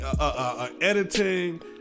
editing